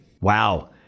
Wow